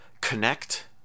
connect